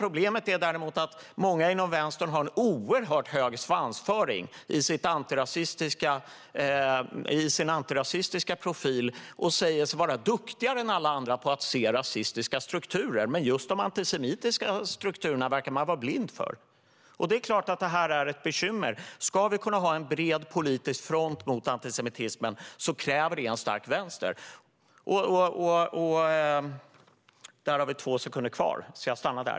Problemet är däremot att många inom vänstern har oerhört hög svansföring i sin antirasistiska profil och säger sig vara duktigare än alla andra på att se rasistiska strukturer. Men just de antisemitiska strukturerna verkar man vara blind för. Det är såklart ett bekymmer. Om vi ska kunna ha en bred politisk front mot antisemitismen krävs det en stark vänster.